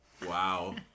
Wow